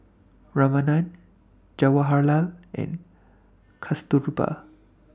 Ramanand Jawaharlal and Kasturba